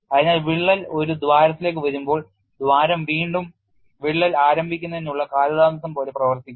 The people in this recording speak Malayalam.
അതിനാൽ വിള്ളൽ ഒരു ദ്വാരത്തിലേക്ക് വരുമ്പോൾ ദ്വാരം വീണ്ടും വിള്ളൽ ആരംഭിക്കുന്നതിനുള്ള കാലതാമസം പോലെ പ്രവർത്തിക്കുന്നു